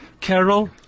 Carol